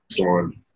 on